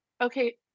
okay